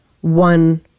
one